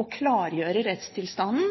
og klargjøre rettstilstanden.